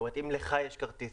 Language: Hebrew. אם לך יש כרטיס